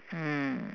mm